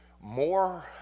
more